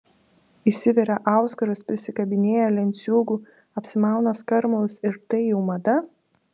įsiveria auskarus prisikabinėja lenciūgų apsimauna skarmalus ir tai jau mada